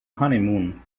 honeymoon